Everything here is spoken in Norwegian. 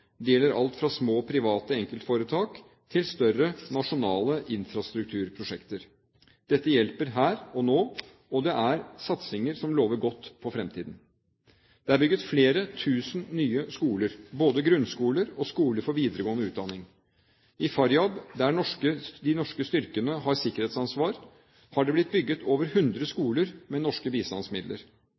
Det gjelder alt fra små private enkeltforetak til større nasjonale infrastrukturprosjekter. Dette hjelper her og nå, og det er satsinger som lover godt for fremtiden. Det er bygd flere tusen nye skoler, både grunnskoler og skoler for videregående utdanning. I Faryab, der de norske styrkene har sikkerhetsansvar, har det blitt bygd over 100 skoler med norske bistandsmidler.